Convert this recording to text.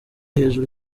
hejuru